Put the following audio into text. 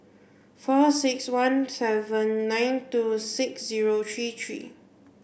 four six one seven nine two six zero three three